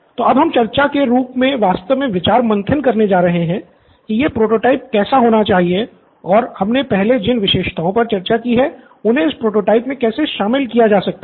तो अब हम चर्चा के रूप मे वास्तव में विचार मंथन करने जा रहे हैं कि यह प्रोटोटाइप कैसा होना चाहिए और हमने पहले जिन विशेषताओं पर चर्चा की है उन्हें इस प्रोटोटाइप में कैसे शामिल किया जा सकता है